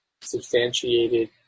substantiated